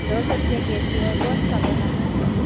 دو سو روپیہ کے جی ہے کون سا لینا ہے